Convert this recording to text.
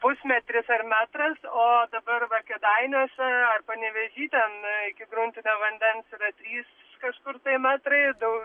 pusmetris ar metras o dabar va kėdainiuose ar panevėžy ten iki gruntinio vandens yra trys kažkur tai metrai dau